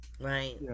Right